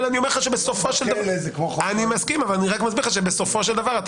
אני מסכים אבל אני מסביר לך שבסופו של דבר אתה